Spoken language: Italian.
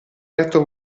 letto